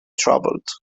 troubled